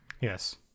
Yes